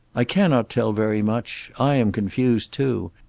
i cannot tell very much. i am confused, too.